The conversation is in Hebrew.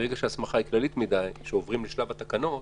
ברגע שההסמכה כללית מדי, כשעוברים לשלב התקנות,